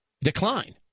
decline